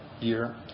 year